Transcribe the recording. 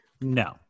No